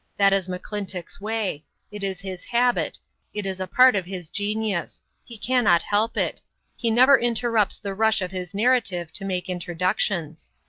that is mcclintock's way it is his habit it is a part of his genius he cannot help it he never interrupts the rush of his narrative to make introductions.